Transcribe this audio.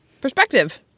perspective